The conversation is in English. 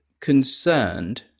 concerned